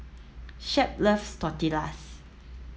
Shep loves Tortillas